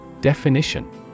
Definition